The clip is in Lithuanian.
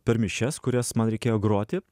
per mišias kurias man reikėjo groti